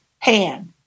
pan